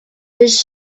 his